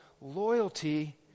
loyalty